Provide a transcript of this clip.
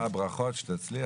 ברכות, שתצליח.